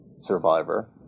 survivor